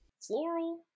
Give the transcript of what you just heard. Floral